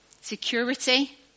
security